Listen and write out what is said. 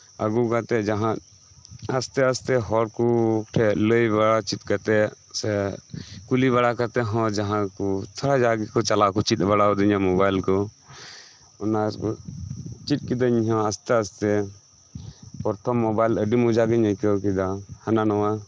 ᱟᱹᱜᱩ ᱠᱟᱛᱮᱫ ᱡᱟᱦᱟᱸ ᱟᱥᱛᱮ ᱟᱥᱛᱮ ᱦᱚᱲᱠᱚ ᱞᱟᱹᱭᱵᱟᱲᱟ ᱪᱮᱫ ᱠᱟᱛᱮᱫ ᱥᱮ ᱠᱩᱞᱤᱵᱟᱲᱟ ᱠᱟᱛᱮᱫ ᱦᱚᱸ ᱡᱟᱦᱟᱸᱠᱚ ᱛᱷᱚᱲᱟ ᱡᱟᱜᱮᱠᱚ ᱪᱮᱫ ᱵᱟᱲᱟᱣᱟᱫᱤᱧ ᱼᱟ ᱢᱳᱵᱟᱭᱤᱞᱠᱚ ᱚᱱᱟ ᱪᱮᱫ ᱠᱤᱫᱟᱹᱧ ᱤᱧᱦᱚ ᱟᱥᱛᱮ ᱟᱥᱛᱮ ᱯᱨᱛᱚᱢ ᱢᱳᱵᱟᱭᱤᱞ ᱟᱹᱰᱤ ᱢᱚᱡᱽᱜᱤᱧ ᱟᱹᱭᱠᱟᱹᱣ ᱠᱮᱫᱟ ᱦᱟᱱᱟ ᱱᱟᱶᱟ